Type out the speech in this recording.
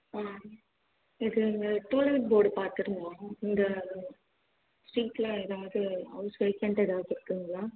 ஆ இது இங்கே to let board பார்த்துருந்தோம் இந்த ஸ்ட்ரீட்டில் எதாவது ஹவுஸ் வேகெண்ட்னு எதாவது இருக்குங்களா